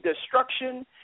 destruction